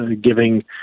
giving